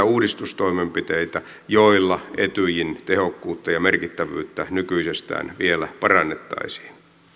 uudistustoimenpiteitä joilla etyjin tehokkuutta ja merkittävyyttä nykyisestään vielä parannettaisiin